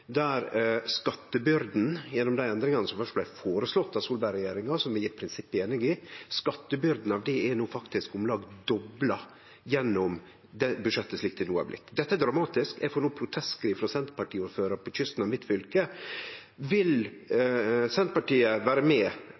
der skattebyrda gjennom dei endringane som først blei føreslåtte av Solberg-regjeringa, som eg i prinsippet er einig i, no faktisk er om lag dobla gjennom budsjettet slik det no har blitt. Dette er dramatisk. Eg får no protestskriv frå Senterparti-ordførarar på kysten av mitt fylke. Vil Senterpartiet vere med